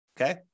okay